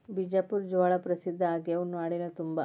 ಬಿಜಾಪುರ ಜ್ವಾಳಾ ಪ್ರಸಿದ್ಧ ಆಗ್ಯಾವ ನಾಡಿನ ತುಂಬಾ